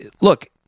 Look